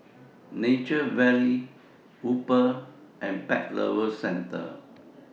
Nature Valley Uber and Pet Lovers Centre